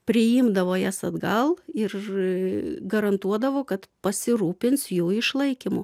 priimdavo jas atgal ir garantuodavo kad pasirūpins jų išlaikymu